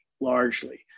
largely